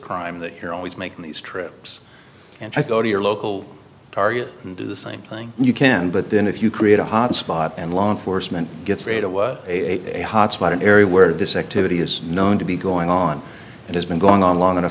crime that you're always making these trips and i go to your local target and do the same thing you can but then if you cry at a hot spot and law enforcement gets a hotspot an area where this activity is known to be going on and has been going on long enough